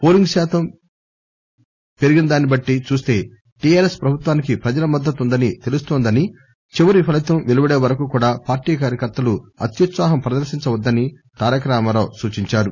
polling శాతం పెరిగినదాన్ని బట్టి చూస్తే టీఆర్ఎస్ ప్రభుత్వానికి ప్రజల మద్దతు ఉందనే తెలుస్తుందని చివరి ఫలితం పెలువడే వరకు కూడా పార్టీ కార్యకర్తలు అత్యుత్పాహం ప్రదర్శించ వద్దని తారక రామారావు సూచించారు